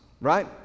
right